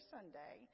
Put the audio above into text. Sunday